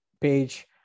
page